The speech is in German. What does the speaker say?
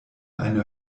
eine